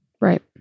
Right